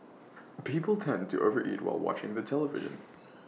people tend to overeat while watching the television